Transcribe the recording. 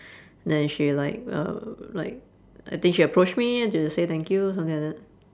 then she like uh like I think she approached me to say thank you something like that